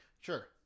sure